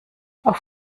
auf